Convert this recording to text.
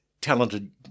Talented